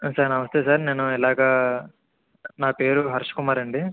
sir namaste sir నేను ఇలాగా నా పేరు హర్ష కుమార్ అండి